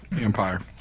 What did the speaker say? Empire